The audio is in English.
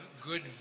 good